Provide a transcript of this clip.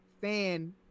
fan